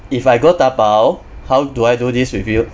if I go dabao how do I do this with you